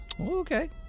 Okay